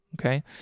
okay